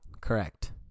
Correct